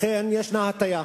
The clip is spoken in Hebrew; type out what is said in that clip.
לכן, ישנה הטיה.